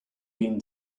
been